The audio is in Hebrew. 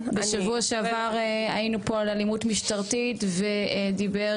בשבוע שעבר היינו פה על אלימות משטרתית ודיבר